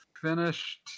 finished